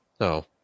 No